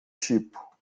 tipo